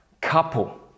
couple